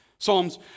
Psalms